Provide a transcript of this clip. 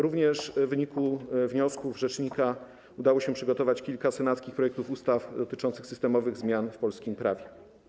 Również w wyniku wniosków rzecznika udało się przygotować kilka senackich projektów ustaw dotyczących systemowych zmian w polskim prawie.